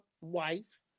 wife